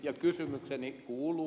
ja kysymykseni kuuluu